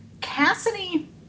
Cassidy